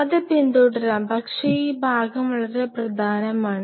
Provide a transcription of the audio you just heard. അത് പിന്തുടരാം പക്ഷേ ഈ ഭാഗം വളരെ പ്രധാനമാണ്